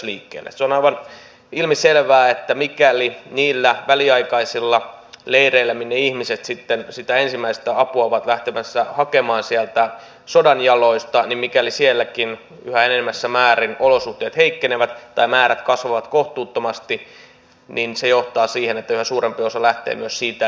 se on aivan ilmiselvää että mikäli niillä väliaikaisilla leireillä minne ihmiset sitten sitä ensimmäistä apua ovat lähtemässä hakemaan sieltä sodan jaloista yhä enenevässä määrin olosuhteet heikkenevät tai määrät kasvavat kohtuuttomasti niin se johtaa siihen että yhä suurempi osa lähtee myös siitä eteenpäin